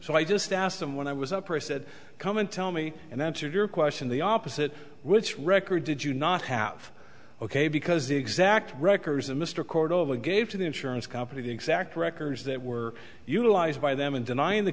so i just asked them when i was up or i said come and tell me and that's your question the opposite which record did you not have ok because the exact records of mr cordova gave to the insurance company the exact records that were utilized by them in denying th